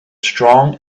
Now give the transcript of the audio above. strong